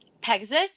Pegasus